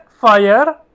fire